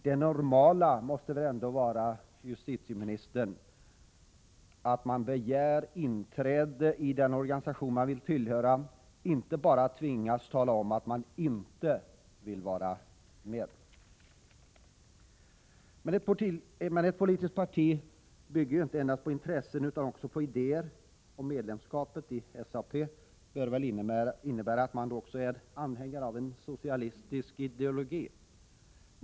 Det normala måste väl ändå vara, herr justitieminister, att man begär inträde i den organisation man vill tillhöra, och inte bara tvingas tala om att man inte vill vara med? Men ett politiskt parti bygger ju inte endast på intressen utan också på idéer, och medlemskapet i SAP bör väl innebära att man också är anhängare av en socialistisk ideologi.